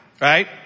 right